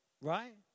right